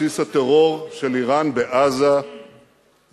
בסיס הטרור של אירן בעזה ייעקר.